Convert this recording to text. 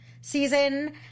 season